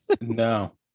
No